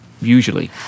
usually